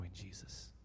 Jesus